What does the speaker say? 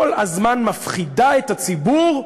כל הזמן מפחידה את הציבור: